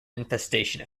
infestation